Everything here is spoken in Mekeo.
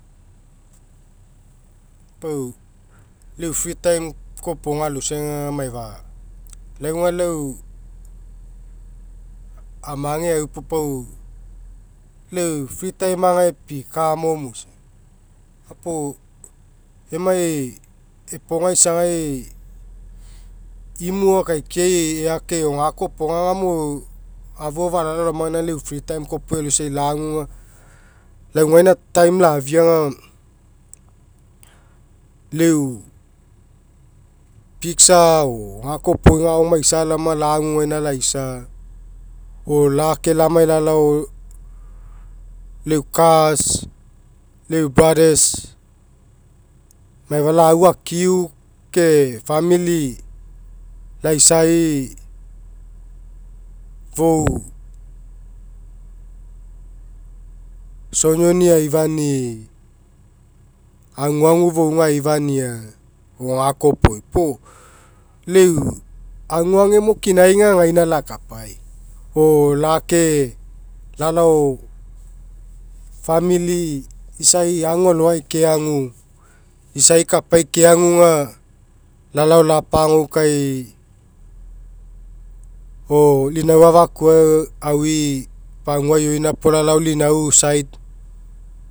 Pau lau eu fri- taim aloisai kopoga aga maifa lau aga lau amage aui puo pau lau eu fri- taim aga pikamo moisa. Gapuo pau emai epogai isa gai imu akaikiai cake o gakoa kopoga agamo lau afu ao falalao laoma gaina aga lau eu fri- taim kopoga aloisai lagu aga lau gaina taim lafia aga lau eu piksa gakoa iopoga ao maisa laoma aga lagu gaina laisa o lake lamai lalao lau eu kas lau eu brothers maifa iau au akiu ke famili laisai fou isonioni aifani'i aguagu fouga aifania mo gakoa kopoi. Puo lau eu aguagemo kinai aga gaina lakapai o lake lalao famili, isai agualogai keagu isai kapai keagu aga lalao lapaogaikai o lau inau afakuai aui pagua ioina puo lalao lau inau side.